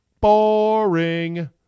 Boring